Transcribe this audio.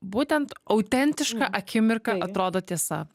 būtent autentišką akimirką atrodo tiesa